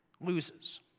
loses